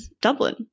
Dublin